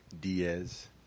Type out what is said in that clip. Diaz